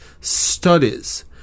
studies